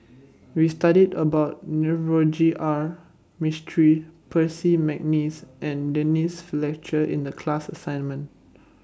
We studied about Navroji R Mistri Percy Mcneice and Denise Fletcher in The class assignment